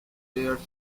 players